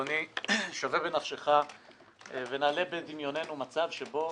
אדוני, שוו בנפשכם והעלו בדמיונכם מצב שבו